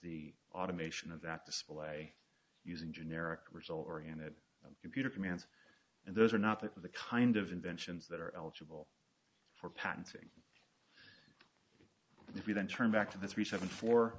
the automation of that display using generic result oriented computer commands and those are not that of the kind of inventions that are eligible for patenting and we then turn back to the three seven four